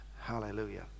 hallelujah